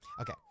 Okay